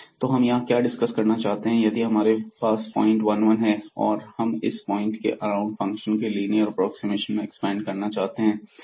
तो हम यहां क्या डिस्कस करना चाहते हैं यदि हमारे पास पॉइंट 1 1 है और हम इस पॉइंट के अराउंड फंक्शन को लीनियर एप्रोक्सीमेशन में एक्सपेंड करना चाहते हैं